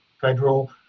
Federal